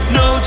no